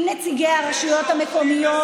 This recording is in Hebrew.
עם נציגי הרשויות המקומיות,